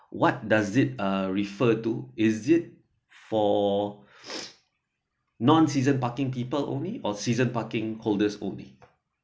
what does it uh refer to is it for non season parking people only or season parking holders only